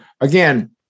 again